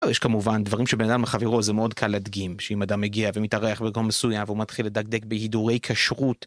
יש כמובן דברים שבין אדם לחברו זה מאוד קל להדגים שאם אדם מגיע ומתארח במקום מסוים והוא מתחיל לדקדק בהידורי כשרות